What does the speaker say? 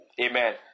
Amen